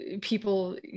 people